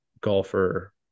golfer –